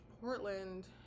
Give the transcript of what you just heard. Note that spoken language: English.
Portland